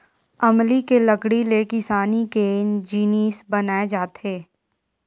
अमली के लकड़ी ले किसानी के जिनिस बनाए जाथे